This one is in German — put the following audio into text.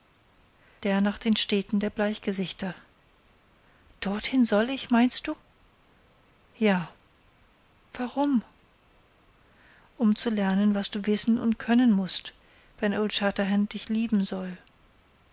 der nach den städten der bleichgesichter dorthin soll ich meinst du ja warum um zu lernen was du wissen und können mußt wenn old shatterhand dich lieben soll